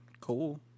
cool